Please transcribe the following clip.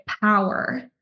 power